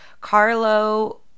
Carlo